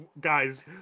guys